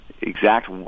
exact